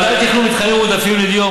לוועדה לתכנון מתחמים מועדפים לדיור,